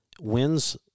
wins